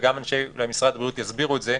אנשי משרד הבריאות יסבירו את זה,